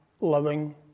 loving